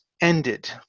ended